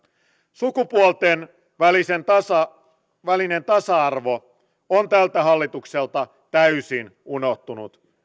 sukupuolten välinen tasa välinen tasa arvo on tältä hallitukselta täysin unohtunut